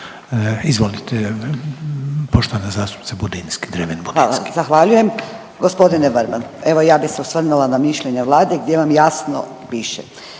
Budinski. **Dreven Budinski, Nadica (HDZ)** Hvala, zahvaljujem. Gospodine Vrban, evo ja bi se osvrnula na mišljenja vlade gdje vam jasno piše